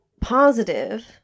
Positive